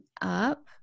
up